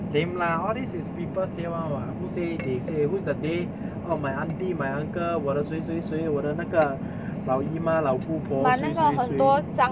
lame lah all this is people say [one] [what] who say they say whose the they oh my aunty my uncle 我的谁谁谁我的那个老姨妈老姑婆谁谁谁